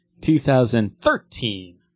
2013